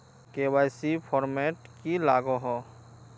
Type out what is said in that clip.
KYC format की लागोहो?